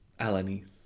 Alanis